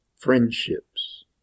Friendships